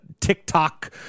TikTok